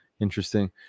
interesting